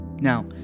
Now